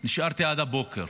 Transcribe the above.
נשארתי עד הבוקר